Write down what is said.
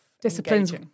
disciplines